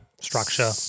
structure